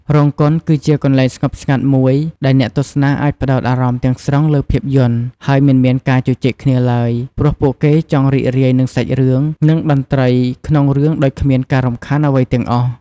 រោងកុនគឺជាកន្លែងស្ងប់ស្ងាត់មួយ ដែលអ្នកទស្សនាអាចផ្ដោតអារម្មណ៍ទាំងស្រុងលើភាពយន្ត ហើយមិនមានការជជែកគ្នាឡើយ ព្រោះពួកគេចង់រីករាយនឹងសាច់រឿង និងតន្ត្រីក្នុងរឿងដោយគ្មានការរំខានអ្វីទាំងអស់។